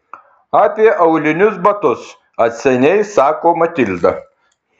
apie aulinius batus atsainiai sako matilda